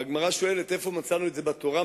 הגמרא שואלת: איפה מצאנו את זה בתורה?